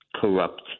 Corrupt